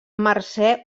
mercè